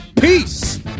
Peace